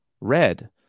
red